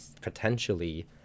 potentially